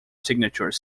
signature